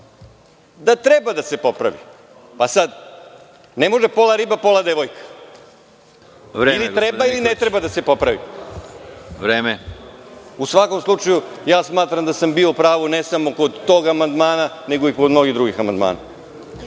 da treba da se popravi. Pa sad, ne može - pola riba, pola devojka. Ili treba ili ne treba da se popravi.(Predsedavajući: Vreme.)U svakom slučaju, ja smatram da sam bio u pravu ne samo kod tog amandmana, nego i kod mnogih drugih amandmana.